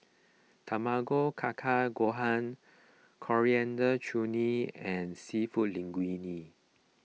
Tamago Kake Gohan Coriander Chutney and Seafood Linguine